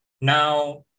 Now